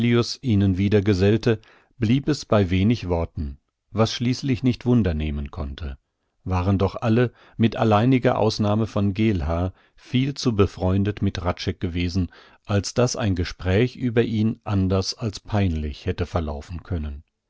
ihnen wieder gesellte blieb es bei wenig worten was schließlich nicht wunder nehmen konnte waren doch alle mit alleiniger ausnahme von geelhaar viel zu befreundet mit hradscheck gewesen als daß ein gespräch über ihn anders als peinlich hätte verlaufen können